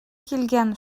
килгән